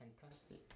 Fantastic